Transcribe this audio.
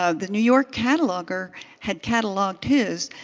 ah the new york cataloger had cataloged his.